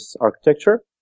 architecture